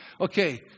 Okay